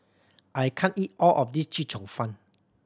I can't eat all of this Chee Cheong Fun